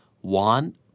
one